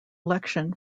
election